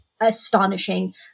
astonishing